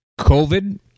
COVID